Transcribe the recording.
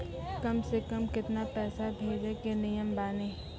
कम से कम केतना पैसा भेजै के नियम बानी?